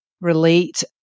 relate